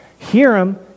Hiram